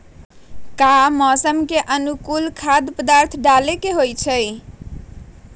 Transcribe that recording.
का मौसम के अनुकूल खाद्य पदार्थ डाले के होखेला?